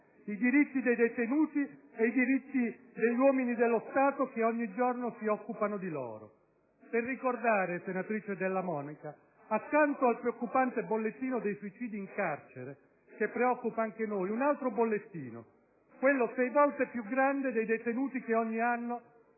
i diritti dei detenuti ed i diritti degli uomini dello Stato che ogni giorno si occupano di loro. Per ricordare, senatrice Della Monica, accanto all'allarmante bollettino dei suicidi in carcere, che preoccupa anche noi, un altro bollettino: quello sei volte più grande dei detenuti che ogni anno